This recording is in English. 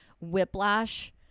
Whiplash